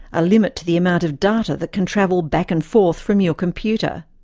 a limit to the amount of data that can travel back and forth from your computer.